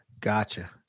gotcha